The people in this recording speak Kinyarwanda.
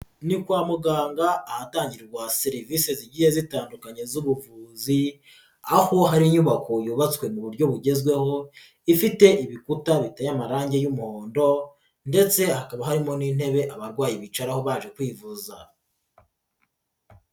Ni kwa muganga ahatangirwa serivisi zigiye zitandukanye z'ubuvuzi aho hari inyubako yubatswe mu buryo bugezweho ifite ibikuta biteye amarangi y'umuhondo ndetse hakaba harimo n'intebe abarwayi bicaraho baje kwivuza.